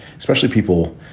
especially people.